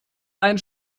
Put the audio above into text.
ein